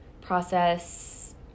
process